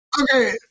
Okay